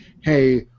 hey